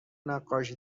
نقاشی